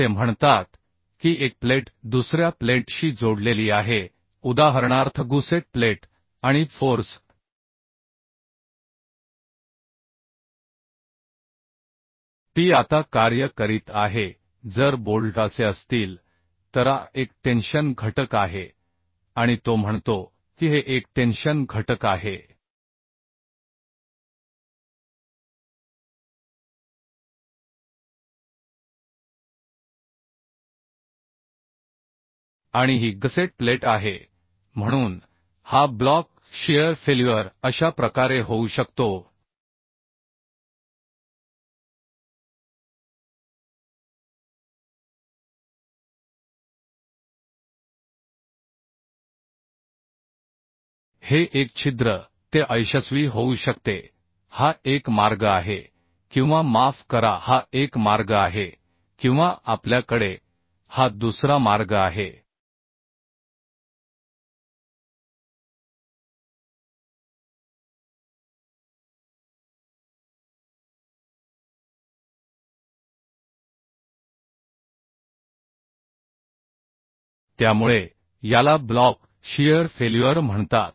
असे म्हणतात की एक प्लेट दुसर्या प्लेटशी जोडलेली आहे उदाहरणार्थ गुसेट प्लेट आणि फोर्स P आता कार्य करीत आहे जर बोल्ट असे असतील तर हा एक टेन्शन घटक आहे आणि तो म्हणतो की हे एक टेन्शन घटक आहे आणि ही गसेट प्लेट आहे म्हणून हा ब्लॉक शियर फेल्युअर अशा प्रकारे होऊ शकतो हे एक छिद्र ते अयशस्वी होऊ शकते हा एक मार्ग आहे किंवा माफ करा हा एक मार्ग आहे किंवा आपल्याकडे हा दुसरा मार्ग आहे त्यामुळे याला ब्लॉक शियर फेल्युअर म्हणतात